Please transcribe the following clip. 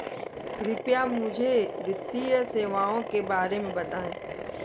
कृपया मुझे वित्तीय सेवाओं के बारे में बताएँ?